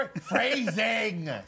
Phrasing